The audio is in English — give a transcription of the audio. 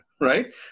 right